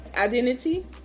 identity